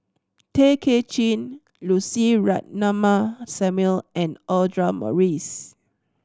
Tay Kay Chin Lucy Ratnammah Samuel and Audra Morrice